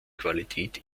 qualität